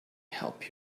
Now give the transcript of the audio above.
help